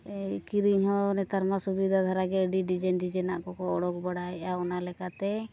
ᱠᱤᱨᱤᱧ ᱦᱚᱸ ᱱᱮᱛᱟᱨ ᱢᱟ ᱥᱩᱵᱤᱫᱷᱟ ᱫᱷᱟᱨᱟ ᱜᱮ ᱟᱹᱰᱤ ᱰᱤᱡᱟᱭᱤᱱ ᱰᱤᱡᱟᱭᱤᱱ ᱟᱜ ᱠᱚᱠᱚ ᱚᱰᱳᱠ ᱵᱟᱲᱟᱭᱮᱫᱼᱟ ᱚᱱᱟ ᱞᱮᱠᱟᱛᱮ